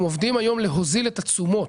אנחנו עובדים היום להוזיל את התשומות.